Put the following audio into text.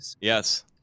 Yes